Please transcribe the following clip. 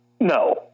No